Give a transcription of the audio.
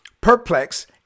perplex